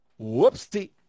whoopsie